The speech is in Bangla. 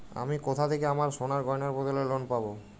আমি কোথা থেকে আমার সোনার গয়নার বদলে লোন পাবো?